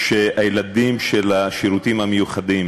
הילדים של השירותים המיוחדים